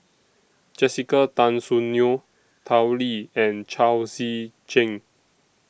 Jessica Tan Soon Neo Tao Li and Chao Tzee Cheng